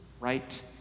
right